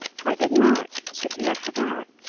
i did not, said he i forgot.